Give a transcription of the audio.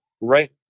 Right